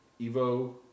Evo